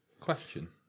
question